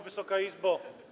Wysoka Izbo!